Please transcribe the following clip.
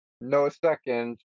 no-second